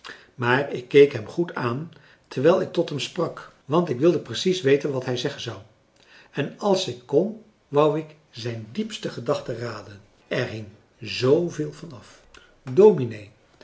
maar ik keek hem goed aan terwijl ik tot hem sprak want ik wilde precies weten wat hij zeggen zou en als ik kon wou ik zijn diepste gedachten raden er hing zooveel van af dominee